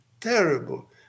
terrible